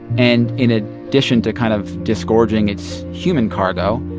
and in ah addition to kind of disgorging its human cargo,